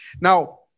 Now